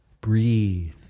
Breathe